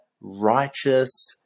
righteous